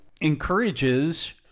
encourages